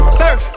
surf